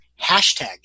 Hashtag